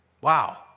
Wow